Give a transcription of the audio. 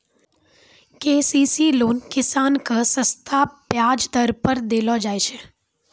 KCC loan किसान के सस्ता ब्याज दर पर देलो जाय छै